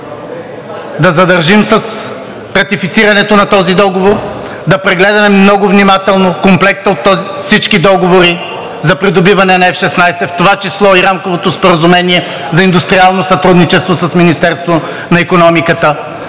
да задържим с ратифицирането на този договор, да прегледаме много внимателно комплекта от всички договори за придобиване на F-16, в това число и Рамковото споразумение за индустриално сътрудничество с Министерството на икономиката.